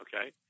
okay